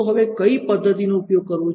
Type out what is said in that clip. તો હવે કઈ પદ્ધતિનો ઉપયોગ ક્યારે કરવો